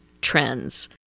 trends